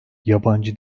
yabancı